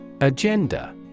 Agenda